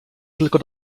tylko